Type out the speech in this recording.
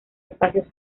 espacios